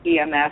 EMS